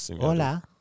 Hola